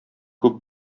күп